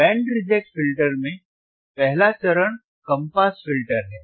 band reject filter में पहला चरण कम पास फिल्टर है